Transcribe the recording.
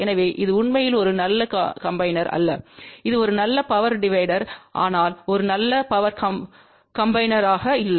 எனவே இது உண்மையில் ஒரு நல்ல கம்பினேர்பான் அல்ல இது ஒரு நல்ல பவர் டிவைடர் ஆனால் ஒரு நல்ல பவர் கம்பினேர்பான் அல்ல